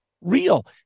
real